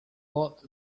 what